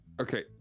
Okay